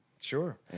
Sure